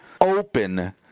open